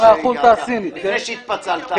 לפני שהתפצלת?